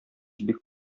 бик